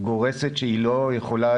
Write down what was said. ראינו היום את הנתונים.